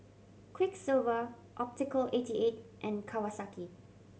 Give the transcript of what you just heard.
Quiksilver Optical eighty eight and Kawasaki